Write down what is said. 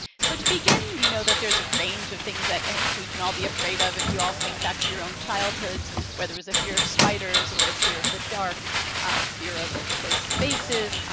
so to begin, we know that there's a range of things that we can all be afraid of. if you all think back to your own childhoods, whether it was a fear of spiders or a fear of the dark or fear of closed spaces,